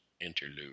Interlude